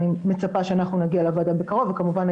אני מצפה שאנחנו נגיע לוועדה בקרוב וכמובן,